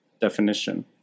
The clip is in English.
definition